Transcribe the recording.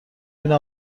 بینه